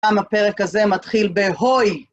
גם הפרק הזה מתחיל ב"הוי".